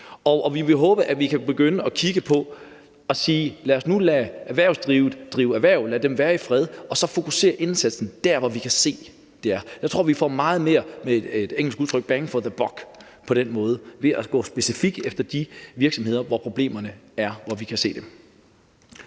vi vil håbe, at man kan begynde at kigge på at sige: Lad os nu lade erhvervslivet drive erhverv, lad dem være i fred, og så fokusere indsatsen der, hvor vi kan se at der er problemer. Jeg tror, vi får meget mere – med et engelsk udtryk – bang for the buck ved på den måde at gå specifikt efter de virksomheder, hvor vi kan se at